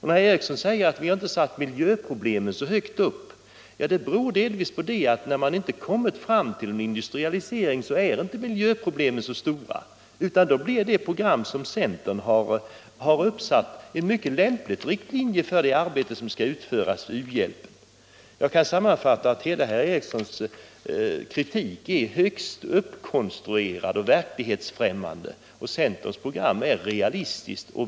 Herr Ericson säger också att vi inte har satt miljöproblemen så högt upp på listan, men det beror delvis på att eftersom man ännu inte nått fram till en industrialisering i dessa länder är miljöproblemen inte så stora, utan då blir det program som centern har uppsatt en lämplig riktlinje för det arbete som skall utföras i u-hjälp. Jag kan sammanfatta, att hela herr Ericsons kritik är högst uppkon struerad och verklighetsfrämmande, medan centerns program är realistiskt.